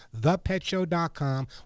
Thepetshow.com